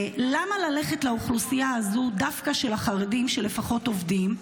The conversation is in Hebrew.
למה ללכת דווקא לאוכלוסייה הזאת של החרדים שלפחות עובדים?